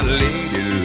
lady